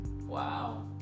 Wow